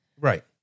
right